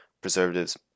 preservatives